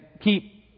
keep